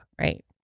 Right